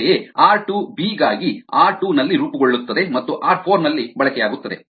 ಅಂತೆಯೇ R 2 B ಗಾಗಿ R 2 ನಲ್ಲಿ ರೂಪುಗೊಳ್ಳುತ್ತದೆ ಮತ್ತು ಆರ್ 4 ನಲ್ಲಿ ಬಳಕೆಯಾಗುತ್ತದೆ